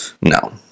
no